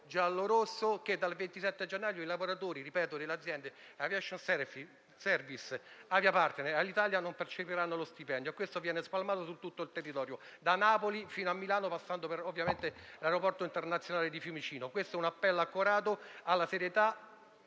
il fatto che dal 27 gennaio i lavoratori delle aziende Aviation Services, Aviapartner e Alitalia - ripeto - non percepiranno lo stipendio e questo problema è spalmato su tutto il territorio, da Napoli fino a Milano, passando per l'aeroporto internazionale di Fiumicino. Questo è un appello accorato alla serietà